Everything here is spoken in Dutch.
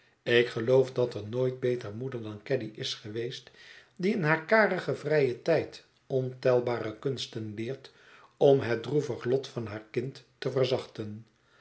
ik geloof dat er nooit beter moeder dan caddy is geweest die in haar karigen vrijen tijd ontelbare kunsten leert om het droevig lot van haar kind te verzachten